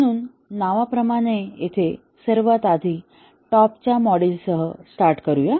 म्हणून नावाप्रमाणे येथे सर्वात आधी टॉप च्या मॉड्यूलसह स्टार्ट करू या